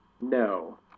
No